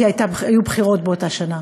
כי היו בחירות באותה שנה.